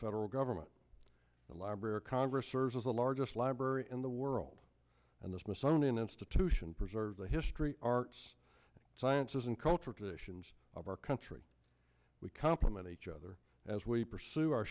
federal government the library of congress serves as the largest library in the world and the smithsonian institution preserve the history arts sciences and cultural traditions of our country we complement each other as we pursue our